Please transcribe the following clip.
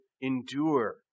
endure